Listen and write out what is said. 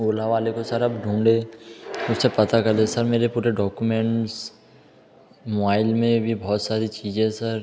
ओला वाले को सर अब ढूंढें उससे पता कर दें सर मेरे पूरे डौकुमेंट्स मुआइल में भी बहुत सारी चीज़ें सर